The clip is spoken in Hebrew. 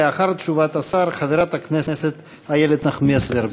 לאחר תשובת השר, חברת הכנסת איילת נחמיאס ורבין.